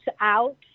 out